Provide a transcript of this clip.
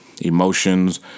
emotions